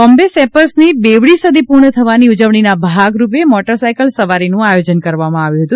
બોમ્બે સેપર્સની બેવડી સદી પૂર્ણ થવાની ઉજવણીના ભાગરૂપે મોટરસાઇકલ સવારીનું આયોજન કરવામાં આવ્યું હતું